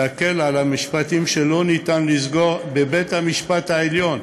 להקל על המשפטים שלא ניתן לסגור בבית-המשפט העליון.